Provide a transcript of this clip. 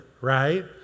right